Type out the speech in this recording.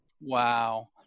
Wow